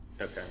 okay